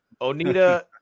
Onita